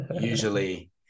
usually